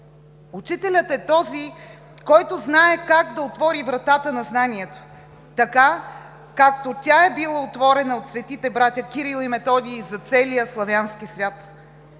Учителят е този, който знае как да отвори вратата на знанието, както тя е била отворена от светите братя Кирил и Методий за целия славянски свят.